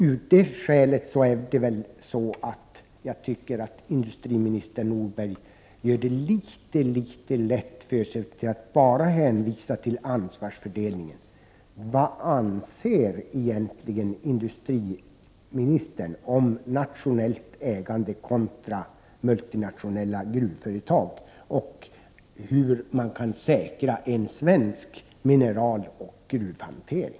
Av det skälet tycker jag att industriminister Nordberg gör det en aning lätt för sig genom att bara hänvisa till ansvarsfördelningen. Vad anser egentligen industriministern om nationellt ägande kontra multinationella gruvföretag? Och hur kan man säkra en svensk mineraloch gruvhantering?